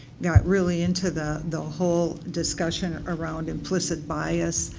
got really into the the whole discussion around implicit bias,